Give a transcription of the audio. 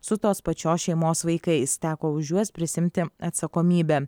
su tos pačios šeimos vaikais teko už juos prisiimti atsakomybę